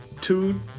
two